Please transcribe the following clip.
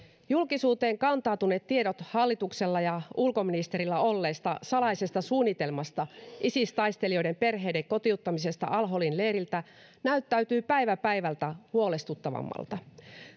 julkisuuteen kantautuneet tiedot hallituksella ja ulkoministerillä olleesta salaisesta suunnitelmasta isis taistelijoiden perheiden kotiuttamisesta al holin leiriltä näyttäytyvät päivä päivältä huolestuttavammilta